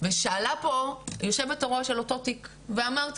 ושאלה פה יושבת הראש על אותו תיק ואמרת